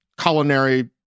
culinary